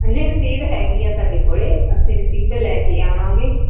ਨੀ ਰਸੀਦ ਹੈਗੀ ਆ ਸਾਡੇ ਕੋਲੇ ਸੀ ਤੇ ਲੈ ਕੇ ਆਵਾਂਗੇ